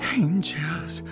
angels